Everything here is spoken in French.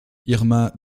irma